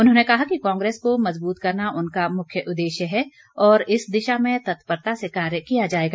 उन्होंने कहा कि कांग्रेस को मजबूत करना उनका मुख्य उद्देश्य है और इस दिशा में तत्परता से कार्य किया जाएगा